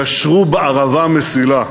ישרו בערבה מסילה.